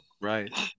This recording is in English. Right